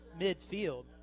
midfield